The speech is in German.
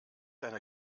eine